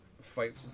fight